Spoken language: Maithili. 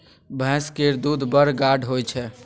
भैंस केर दूध बड़ गाढ़ होइ छै